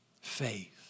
Faith